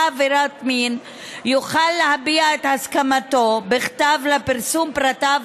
עבירת מין יוכל להביע את הסכמתו בכתב לפרסום פרטיו